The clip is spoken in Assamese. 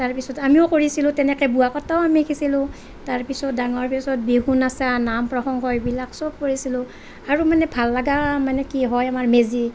তাৰপিছত আমিও কৰিছিলোঁ তেনেকে বোৱা কটাও আমি শিকিছিলোঁ তাৰপিছত ডাঙৰ পিছত বিহু নচা নাম প্ৰসঙ্গ এইবিলাক চব কৰিছিলোঁ আৰু মানে ভাল লগা মানে কি হয় আমাৰ মেজি